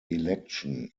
election